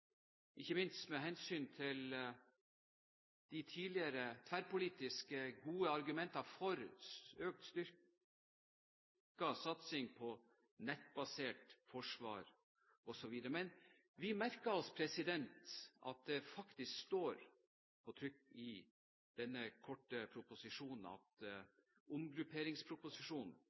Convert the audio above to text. ikke minst med hensyn til de tidligere tverrpolitiske, gode argumentene for økt og styrket satsing på nettbasert forsvar osv. Vi merker oss at det faktisk står på trykk i denne korte proposisjonen – omgrupperingsproposisjonen